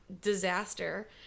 disaster